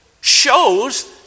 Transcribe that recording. shows